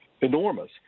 Enormous